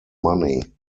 money